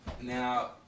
Now